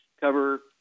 cover